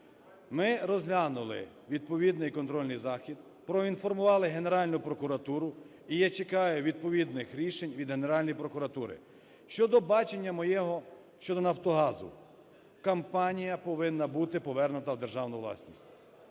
Ми розглянули відповідний контрольний захід, проінформували Генеральну прокуратуру, і я чекаю відповідних рішень від Генеральної прокуратури. Щодо бачення мого щодо "Нафтогазу": компанія повинна бути повернута в державну власність.